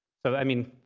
so i mean,